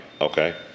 okay